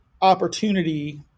opportunity